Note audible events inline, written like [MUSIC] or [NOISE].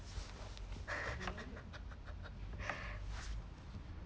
[LAUGHS]